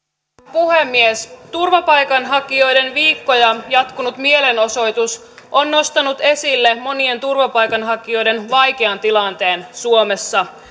puhemies turvapaikanhakijoiden viikkoja jatkunut mielenosoitus on nostanut esille monien turvapaikanhakijoiden vaikean tilanteen suomessa